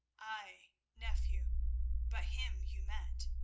ay, nephew but him you met.